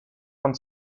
von